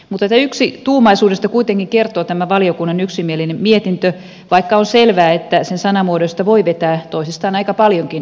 mutta yksituumaisuudesta kuitenkin kertoo tämä valiokunnan yksimielinen mietintö vaikka on selvää että sen sanamuodoista voi vetää toisistaan aika paljonkin eriäviä johtopäätöksiä